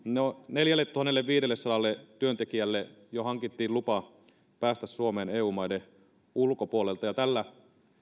neljälletuhannelleviidellesadalle työntekijälle jo hankittiin lupa päästä suomeen eun maiden ulkopuolelta ja tällä